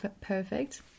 perfect